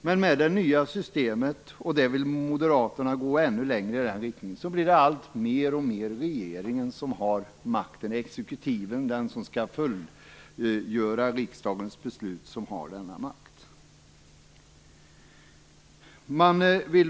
Men med det nya systemet - och Moderaterna vill alltså gå ännu längre i den riktningen - blir det i allt högre grad regeringen, exekutiven, den som skall utföra riksdagens beslut, som har den makten.